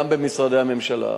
גם במשרדי הממשלה,